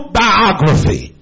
biography